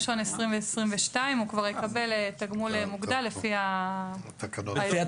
2022 כבר יקבל תגמול מוגדל לפי התקנות.